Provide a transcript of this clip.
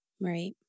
Right